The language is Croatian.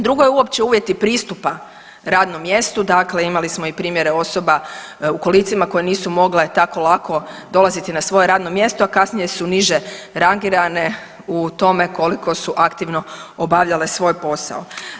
Drugo je uopće uvjeti pristupa radnome mjestu, dakle imali smo i primjere osoba u kolicima koje nisu mogle tako dolaziti na svoje radno mjesto, a kasnije su niže rangirane u tome koliko su aktivno obavljale svoj posao.